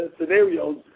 scenarios